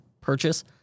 purchase